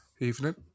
Evening